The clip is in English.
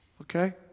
Okay